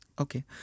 okay